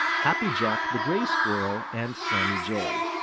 happy jack the gray squirrel, and sammy jay.